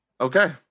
Okay